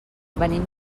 venim